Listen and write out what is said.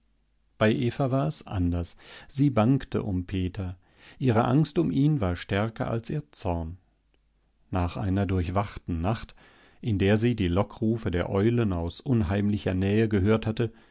bei eva war es anders sie bangte um peter ihre angst um ihn war stärker als ihr zorn nach einer durchwachten nacht in der sie die lockrufe der eulen aus unheimlicher nähe gehört hatte